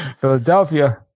Philadelphia